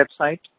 website